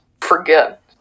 forget